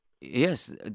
Yes